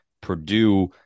Purdue –